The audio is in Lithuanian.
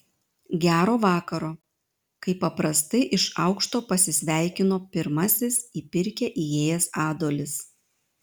gero vakaro kaip paprastai iš aukšto pasisveikino pirmasis į pirkią įėjęs adolis